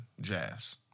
Jazz